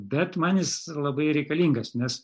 bet man jis labai reikalingas nes